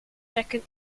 second